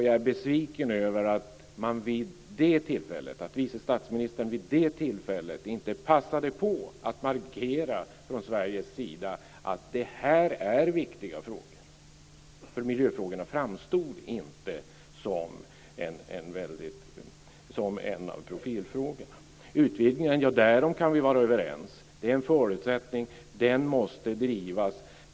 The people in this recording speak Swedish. Jag är besviken över att vice statsministern vid det tillfället inte passade på att från Sveriges sida markera att det här är viktiga frågor, för miljöfrågan framstod inte som en av profilfrågorna. Utvidgningen är en förutsättning. Därom kan vi vara överens.